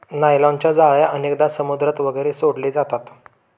नायलॉनच्या जाळ्या अनेकदा समुद्रात वगैरे सोडले जातात